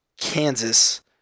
Kansas